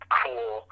cool